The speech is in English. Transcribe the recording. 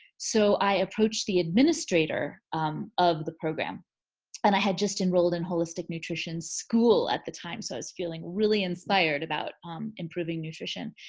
so i approached the administrator of the program and i had just enrolled in holistic nutrition school at the time so i was feeling really inspired about improving nutrition.